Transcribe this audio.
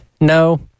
No